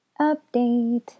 Update